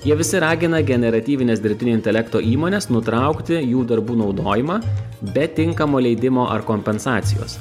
jie visi ragina generatyvines dirbtinio intelekto įmones nutraukti jų darbų naudojimą be tinkamo leidimo ar kompensacijos